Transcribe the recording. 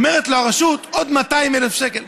ואומרת לו הרשות: עוד 200,000 שקל.